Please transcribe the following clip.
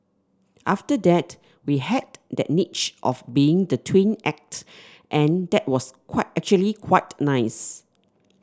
after that we had that niche of being the twin act and that was actually quite nice